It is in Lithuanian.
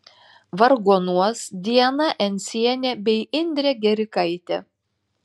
vargonuos diana encienė bei indrė gerikaitė